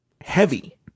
heavy